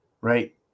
right